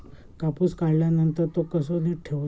कापूस काढल्यानंतर तो कसो नीट ठेवूचो?